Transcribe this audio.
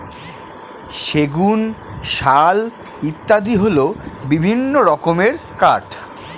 সেগুন, শাল ইত্যাদি হল বিভিন্ন রকমের কাঠ